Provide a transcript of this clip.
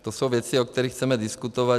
To jsou věci, o kterých chceme diskutovat.